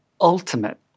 ultimate